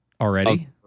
Already